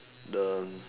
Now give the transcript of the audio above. the